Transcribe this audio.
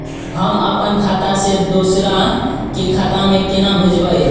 हम आपन खाता से दोहरा के खाता में केना भेजब?